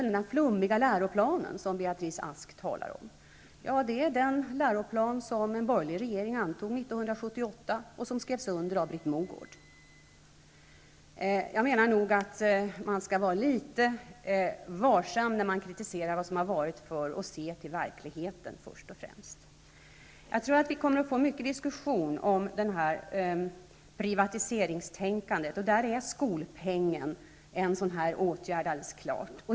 Den ''flummiga läroplan'' som Beatrice Ask talar om är den läroplan som en borgerlig regering antog 1978 och som skrevs under av Britt Mogård. Jag menar att man skall vara litet varsam när man kritiserar vad som har varit och först och främst se på verkligheten. Jag tror att vi kommer att få mycket diskussion om det här privatiseringstänkandet, och skolpengen är alldeles klart en åtgärd i den andan.